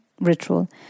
ritual